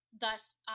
thus